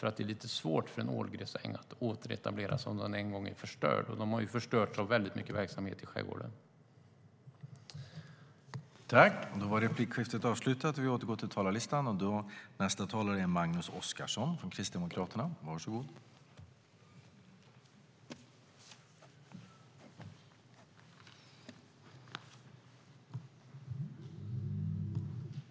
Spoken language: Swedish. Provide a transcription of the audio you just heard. Men det är lite svårt för en ålgräsäng att återetablera sig om den en gång är förstörd, och ålgräsängar har förstörts av väldigt mycket verksamhet i skärgården.